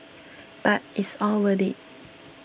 but it's all worth it